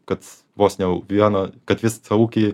kad vos ne vieno kad visą ūkį